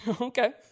Okay